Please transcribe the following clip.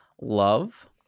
Love